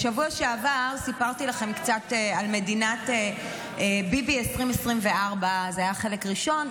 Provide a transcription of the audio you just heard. בשבוע שעבר סיפרתי לכם קצת על מדינת ביבי 2024. זה היה חלק ראשון,